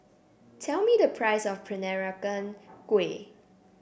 tell me the price of Peranakan Kueh